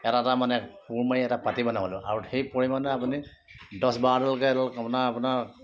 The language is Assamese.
এটা এটা মানে কোৰ মাৰি এটা এটা পাতি মানে বনাব লাগিব আৰু সেই পৰিমাণে আপুনি দছ বাৰডালকৈ এডাল আপোনাৰ আপোনাৰ